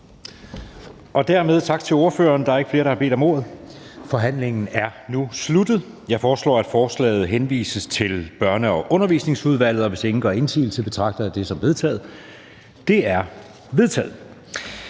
Søe): Tak til ministeren. Der er ikke flere, der har bedt om ordet, så forhandlingen er nu sluttet. Jeg foreslår, at lovforslaget henvises til Sundhedsudvalget. Hvis ingen gør indsigelse, betragter jeg det som vedtaget. Det er vedtaget.